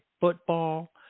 football